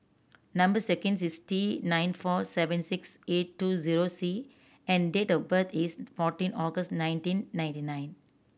number sequence is T nine four seven six eight two zero C and date of birth is fourteen August nineteen ninety nine